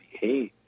behave